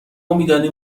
میدانیم